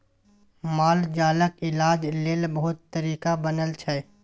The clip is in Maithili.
मालजालक इलाज लेल बहुत तरीका बनल छै